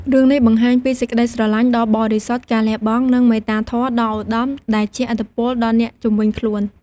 រឿងនេះបង្ហាញពីសេចក្តីស្រឡាញ់ដ៏បរិសុទ្ធ ការលះបង់ និងមេត្តាធម៌ដ៏ឧត្តមដែលជះឥទ្ធិពលដល់អ្នកជុំវិញខ្លួន។